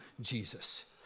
Jesus